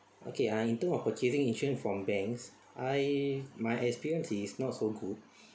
okay uh in term of purchasing insurance from banks I my experience is not so good